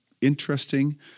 interesting